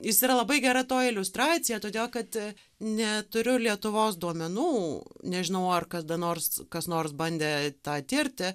jis yra labai gera to iliustracija todėl kad neturiu lietuvos duomenų nežinau ar kada nors kas nors bandė tą tirti